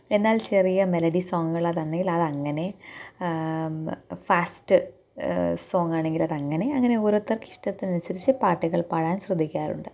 എന്നാൽ ചെറിയ മെലഡി സോങ്ങുകളാണെങ്കിൽ അതങ്ങനെ ഫാസ്റ്റ് സോങ്ങാണെങ്കിലതങ്ങനെ അങ്ങനെ ഓരോരുത്തർക്കിഷ്ടത്തിനനുസരിച്ച് പാട്ടുകൾ പാടാൻ ശ്രദ്ധിക്കാറുണ്ട്